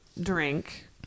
drink